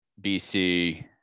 BC